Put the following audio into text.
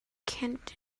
candidacy